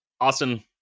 Austin